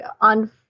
on